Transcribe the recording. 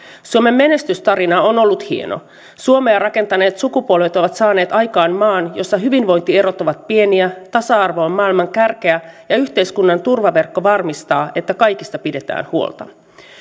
suomen menestystarina on ollut hieno suomea rakentaneet sukupolvet ovat saaneet aikaan maan jossa hyvinvointierot ovat pieniä tasa arvo on maailman kärkeä ja yhteiskunnan turvaverkko varmistaa että kaikista pidetään huolta